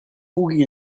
pugui